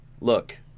look